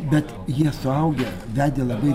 bet jie suaugę vedė labai